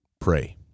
pray